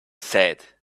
said